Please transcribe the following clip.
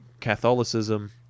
Catholicism